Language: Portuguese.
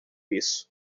isso